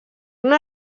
una